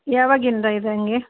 ಯಾವಾಗಿಂದ ಇದೆ ಹಾಗೆ